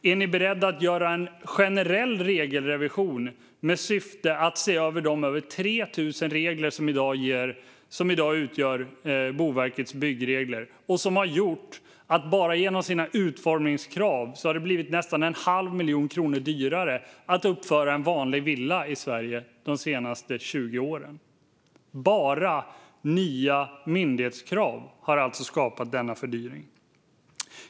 Är ni beredda att göra en generell regelrevision med syfte att se över de över 3 000 regler som i dag utgör Boverkets byggregler och som på 20 år bara genom sina utformningskrav har gjort det nästan en halv miljon kronor dyrare att uppföra en vanlig villa i Sverige? Enbart nya myndighetskrav har alltså skapat denna fördyring.